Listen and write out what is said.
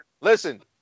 Listen